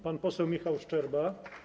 Pan poseł Michał Szczerba.